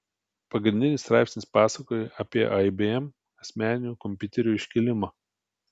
pagrindinis straipsnis pasakojo apie ibm asmeninio kompiuterio iškilimą